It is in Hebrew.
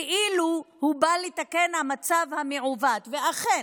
כאילו הוא בא לתקן את המצב המעוות, ואכן,